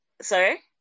sorry